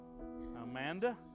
amanda